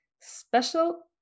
special